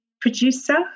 producer